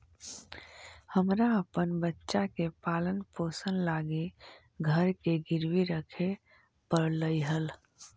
हमरा अपन बच्चा के पालन पोषण लागी घर के गिरवी रखे पड़लई हल